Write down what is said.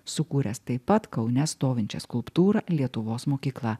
sukūręs taip pat kaune stovinčią skulptūrą lietuvos mokykla